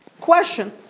Question